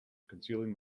concealing